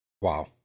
Wow